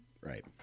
Right